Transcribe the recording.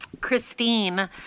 Christine